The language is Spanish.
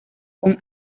con